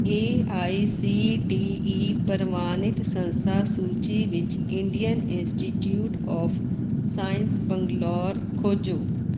A I C T E ਪ੍ਰਵਾਨਿਤ ਸੰਸਥਾ ਸੂਚੀ ਵਿੱਚ Indian Institute of Science Bangalore ਖੋਜੋ